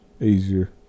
easier